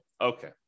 Okay